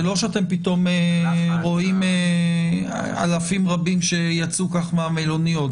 זה לא שאתם פתאום רואים אלפים רבים שיצאו כך מהמלוניות.